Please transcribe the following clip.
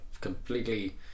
completely